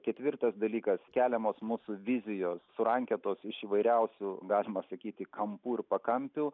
ketvirtas dalykas keliamos mūsų vizijos surankiotos iš įvairiausių galima sakyti kampų ir pakampių